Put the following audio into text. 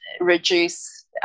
reduce